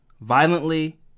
violently